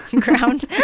Ground